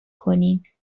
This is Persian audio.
کنین